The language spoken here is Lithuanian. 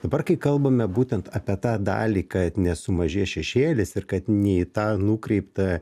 dabar kai kalbame būtent apie tą dalį kad nesumažės šešėlis ir kad ne į tą nukreiptą